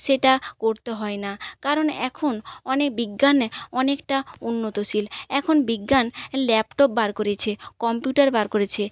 সেটা করতে হয় না কারণ এখন অনেক বিজ্ঞানে অনেকটা উন্নতিশীল এখন বিজ্ঞান ল্যাপটপ বার করেছে কম্পিউটার বার করেছে